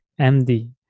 MD